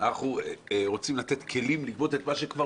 אנחנו רוצים לתת כלים לגבות את מה שכבר